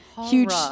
huge